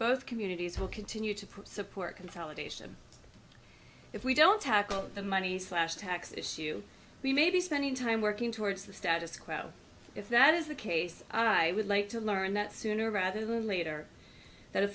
both communities will continue to provide support consolidation if we don't tackle the money slash tax issue we may be spending time working towards the status quo if that is the case i would like to learn that sooner rather than later that a